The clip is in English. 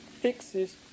fixes